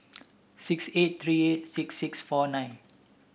six eight three eight six six four nine